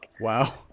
Wow